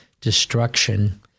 destruction